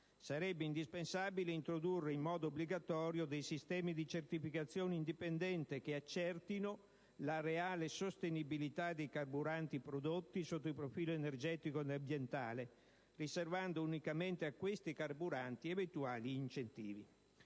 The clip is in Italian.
Sarebbe indispensabile introdurre in modo obbligatorio dei sistemi di certificazione indipendente che accertino la reale sostenibilità dei carburanti prodotti, sotto il profilo energetico ed ambientale, riservando unicamente a questi ultimi eventuali incentivi